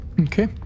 Okay